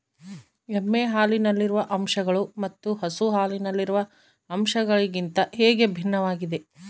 ಎಮ್ಮೆ ಹಾಲಿನಲ್ಲಿರುವ ಅಂಶಗಳು ಮತ್ತು ಹಸು ಹಾಲಿನಲ್ಲಿರುವ ಅಂಶಗಳಿಗಿಂತ ಹೇಗೆ ಭಿನ್ನವಾಗಿವೆ?